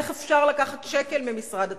איך אפשר לקחת שקל ממשרד התחבורה?